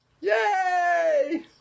Yay